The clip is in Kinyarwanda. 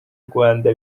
rwanda